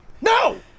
No